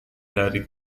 dari